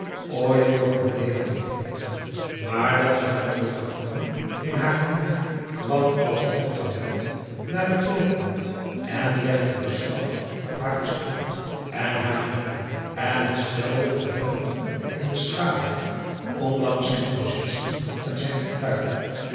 ooit voor fournier had gevoeld maar dat ze had teruggedrongen in haar gemoed kwam als met geweld naar den voorgrond en legde beslag op haar verstand en haar gevoel en het stelde van velton in de schaduw ondanks zijn positie en zijn fortuin